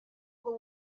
ngo